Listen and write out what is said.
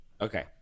Okay